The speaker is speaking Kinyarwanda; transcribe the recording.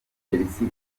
chelsea